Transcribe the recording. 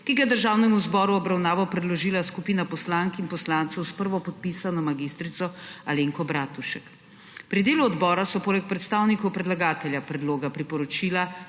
ki ga je Državnemu zboru v obravnavo predložila skupina poslank in poslancev, s prvopodpisano mag. Alenko Bratušek. Pri delu odbora so poleg predstavnikov predlagatelja predloga priporočila